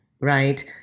right